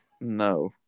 No